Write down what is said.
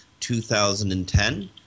2010